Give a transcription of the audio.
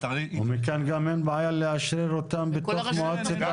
מכאן גם אין בעיה לאשר אותם בתוך מועצת העיר.